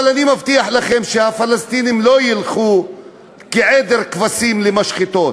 אבל אני מבטיח לכם שהפלסטינים לא ילכו כעדר כבשים למשחטות,